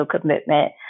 commitment